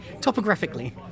Topographically